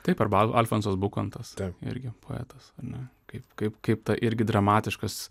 taip arba alfonsas bukantas irgi poetasar ne kaip kaip kaip ta irgi dramatiškas